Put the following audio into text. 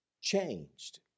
changed